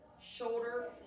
shoulder